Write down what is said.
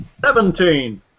Seventeen